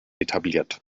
etabliert